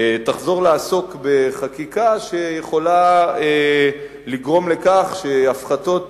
תחזור לעסוק בחקיקה שיכולה לגרום לכך שהפחתות